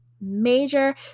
major